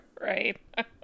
Right